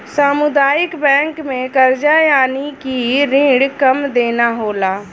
सामुदायिक बैंक में करजा यानि की रिण कम देना होला